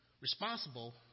responsible